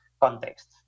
context